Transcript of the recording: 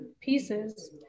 pieces